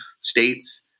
states